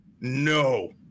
no